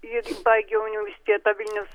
ir baigė universitetą vilniaus